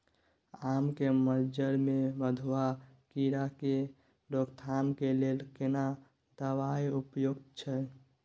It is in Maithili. आम के मंजर में मधुआ कीरा के रोकथाम के लेल केना दवाई उपयुक्त छै?